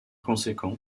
conséquent